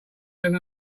than